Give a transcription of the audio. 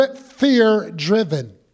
fear-driven